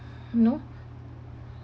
you know